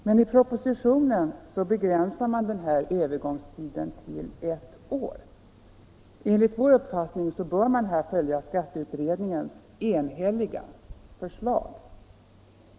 Men i propositionen begränsas denna övergångstid till ett år. Enligt vår uppfattning bör man här följa skatteutredningens enhälliga förslag.